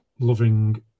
Loving